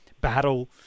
Battle